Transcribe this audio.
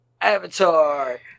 Avatar